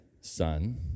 son